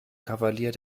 kavalier